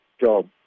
job